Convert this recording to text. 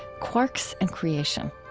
quarks and creation.